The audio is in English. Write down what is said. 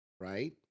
Right